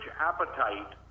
appetite